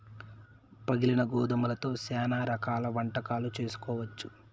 పగిలిన గోధుమలతో శ్యానా రకాల వంటకాలు చేసుకోవచ్చు